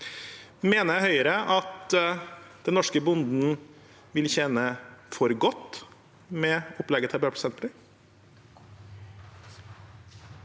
Mener Høyre at den norske bonden vil tjene for godt med opplegget til